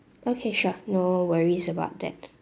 okay sure no worries about that